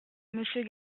monsieur